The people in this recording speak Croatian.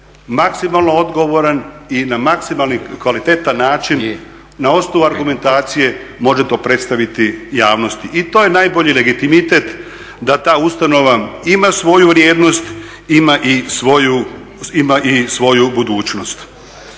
maksimalno odgovoran i na maksimalno kvalitetan način, na osnovu argumentacije može to predstaviti javnosti i to je najbolji legitimitet da ta ustanova ima svoju vrijednost, ima i svoju budućnost.